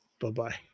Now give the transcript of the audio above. Bye-bye